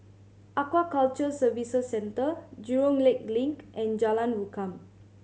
Aquaculture Services Centre Jurong Lake Link and Jalan Rukam